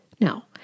Now